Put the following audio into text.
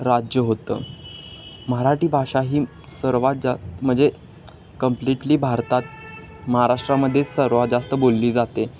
राज्य होतं मराठी भाषा ही सर्वात जा म्हणजे कम्प्लीटली भारतात महाराष्ट्रामध्ये सर्वात जास्त बोलली जाते